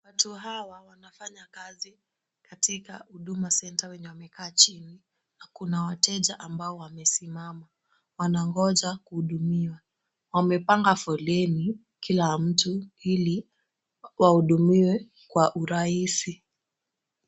Watu hawa wanafanya kazi katika Huduma Centre wenye wamekaa chini na kuna wateja ambao wamesimama wanangoja kuhudumiwa. Wamepanga foleni kila mtu ili wahudumiwe kwa urahisi.